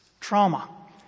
trauma